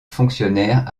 fonctionnaire